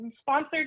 sponsored